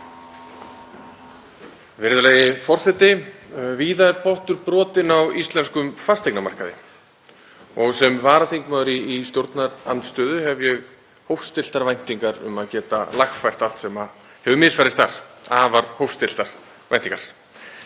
Virðulegi forseti. Víða er pottur brotinn á íslenskum fasteignamarkaði og sem varaþingmaður í stjórnarandstöðu hef ég hófstilltar væntingar um að geta lagfært allt sem hefur misfarist þar, afar hófstilltar væntingar.